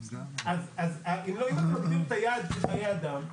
אז אם לא מסמנים את היעד כחיי אדם,